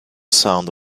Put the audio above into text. sound